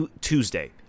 Tuesday